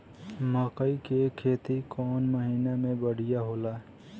मकई के खेती कौन महीना में बढ़िया होला?